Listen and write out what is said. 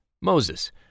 Moses